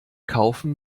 kaufen